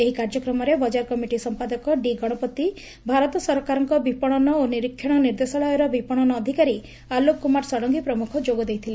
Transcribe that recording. ଏହି କାର୍ଯ୍ୟକ୍ରମରେ ବଜାର କମିଟି ସମ୍ମାଦକ ଡି ଗଣପତି ଭାରତ ସରକାରଙ୍କ ବିପଶନ ଓ ନିରୀକ୍ଷଣ ନିର୍ଦ୍ଦେଶାଳୟର ବିପଶନ ଅଧିକାରୀ ଆଲୋକ କୁମାର ଷଡ଼ଙଙୀ ପ୍ରମୁଖ ଯୋଗ ଦେଇଥିଲେ